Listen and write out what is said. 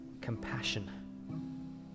compassion